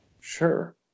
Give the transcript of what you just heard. sure